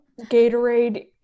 gatorade